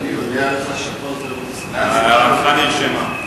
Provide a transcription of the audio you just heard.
הערתך נרשמה.